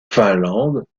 finlande